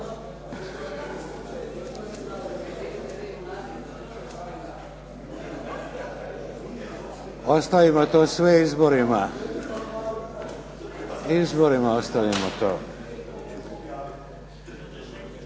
Ostavimo to sve izborima. Izborima ostavimo to.